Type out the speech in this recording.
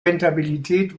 rentabilität